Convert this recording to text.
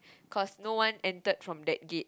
cause no one entered from that gate